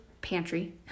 pantry